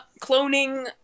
cloning